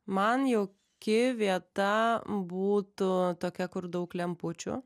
man jauki vieta būtų tokia kur daug lempučių